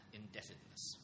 indebtedness